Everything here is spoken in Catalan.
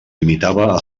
limitava